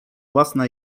własna